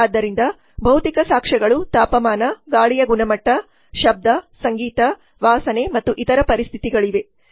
ಆದ್ದರಿಂದ ಭೌತಿಕ ಸಾಕ್ಷ್ಯಗಳು ತಾಪಮಾನ ಗಾಳಿಯ ಗುಣಮಟ್ಟ ಶಬ್ದ ಸಂಗೀತ ವಾಸನೆ ಮತ್ತು ಇತರ ಪರಿಸ್ಥಿತಿಗಳಿವೆ